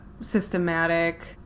systematic